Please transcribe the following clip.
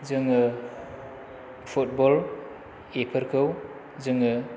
जोङो फुटबल बेफोरखौ जोङो